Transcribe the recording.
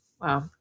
wow